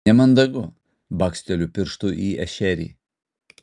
nemandagu baksteliu pirštu į ešerį